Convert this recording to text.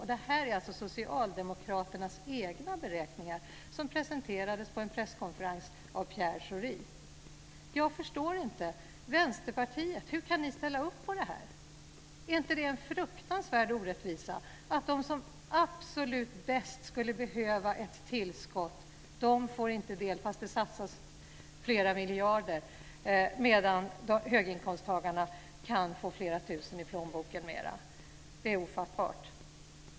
Och det här är alltså Socialdemokraternas egna beräkningar, som presenterades på en presskonferens av Pierre Schori. Jag förstår inte Vänsterpartiet: Hur kan ni ställa upp på det här? Är inte det en fruktansvärd orättvisa? De som absolut bäst skulle behöva ett tillskott får inte del fast det satsas flera miljarder, medan höginkomsttagarna kan få flera tusen mer i plånboken. Det är ofattbart.